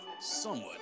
somewhat